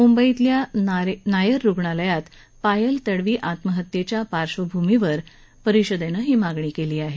मुंबईतल्या नायर रुग्णालयातल्या पायल तडवी आत्महत्येच्या पार्श्वभूमीवर परिषदेनं ही मागणी केली आहे